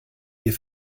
hier